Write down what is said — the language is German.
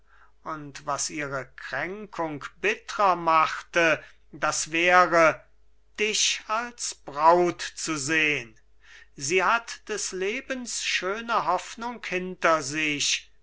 und was ihre kränkung bittrer macht das wäre dich als braut zu sehn sie hat des lebens schöne hoffnung hinter sich